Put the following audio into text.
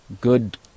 good